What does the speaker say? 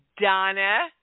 Donna